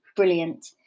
brilliant